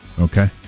Okay